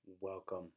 Welcome